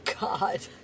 God